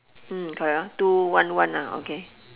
mm correct orh two one one ah okay